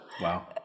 Wow